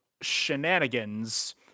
shenanigans